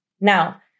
Now